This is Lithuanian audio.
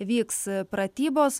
vyks pratybos